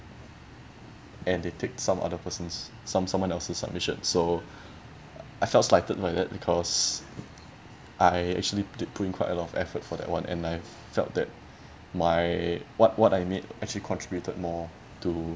and they take some other person's some someone else's submission so I felt slighted by that because I actually did put in quite a lot of effort for that [one] and I felt that my what what I made actually contributed more to